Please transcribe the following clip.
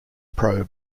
pro